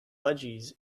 budgies